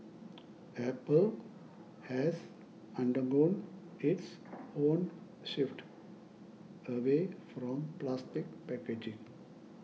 apple has undergone its own shift away from plastic packaging